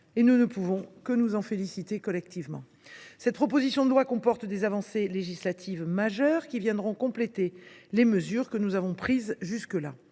Nous ne pouvons que nous en féliciter collectivement. Cette proposition de loi comporte des avancées législatives majeures, qui viendront compléter les mesures que nous avons prises jusqu’à